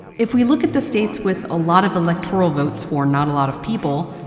if we look at the states with a lot of electoral votes, for not a lot of people,